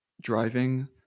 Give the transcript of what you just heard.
driving